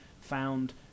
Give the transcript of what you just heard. found